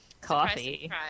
coffee